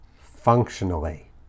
functionally